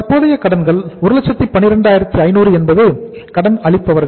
தற்போதைய கடன்கள் 112500 என்பது கடன் அளிப்பவர்கள்